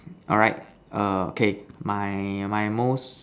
alright err okay my my most